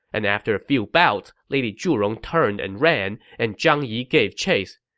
and after a few bouts, lady zhurong turned and ran, and zhang yi gave chase.